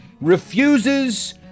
refuses